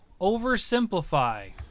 Oversimplify